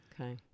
Okay